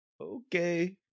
Okay